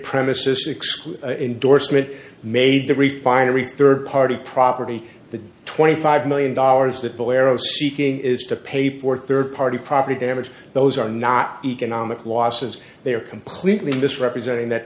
premises exclude indorsement made the refinery rd party property the twenty five million dollars that boy arrows seeking is to pay for rd party property damage those are not economic losses they are completely misrepresenting that